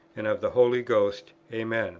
and of the holy ghost. amen